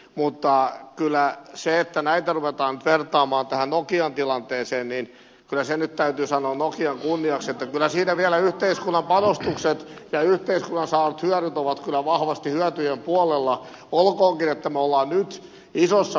mutta kun näitä ruvetaan nyt vertaamaan tähän nokian tilanteeseen niin kyllä se nyt täytyy sanoa nokian kunniaksi että kyllä siinä yhteiskunnan panostukset ja yhteiskunnan saamat hyödyt ovat vielä vahvasti hyötyjen puolella olkoonkin että me olemme nyt isossa muutostilanteessa